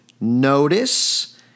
notice